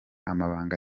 amabanga